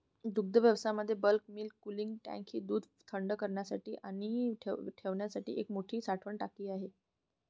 दुग्धव्यवसायामध्ये bulk milk cooling tank ही दूध थंड करण्यासाठी आणि ठेवण्यासाठी एक मोठी साठवण टाकी आहे